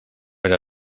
era